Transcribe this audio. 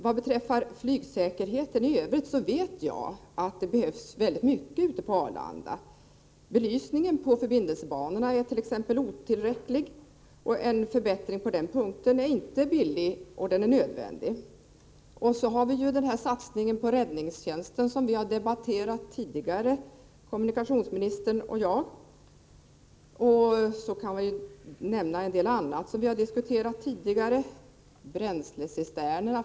När det gäller flygsäkerheten i övrigt vet jag att det är väldigt mycket som behövs ute på Arlanda. Belysningen på förbindelsebanorna är t.ex. otillräcklig. En förbättring på den punkten är inte billig — men nödvändig. Så har vi satsningen på räddningstjänsten, som kommunikationsministern och jag tidigare har debatterat. Jag kan nämna en del annat som vi har diskuterat tidigare.